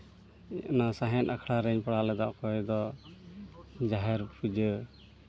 ᱚᱱᱟ ᱥᱟᱶᱦᱮᱫ ᱟᱠᱷᱲᱟ ᱨᱤᱧ ᱯᱟᱲᱦᱟᱣ ᱞᱮᱫᱟ ᱚᱠᱚᱭ ᱫᱚ ᱡᱟᱦᱮᱨ ᱯᱩᱡᱟᱹ